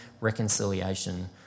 reconciliation